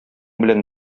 белән